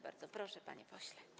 Bardzo proszę, panie pośle.